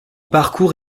parcours